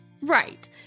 Right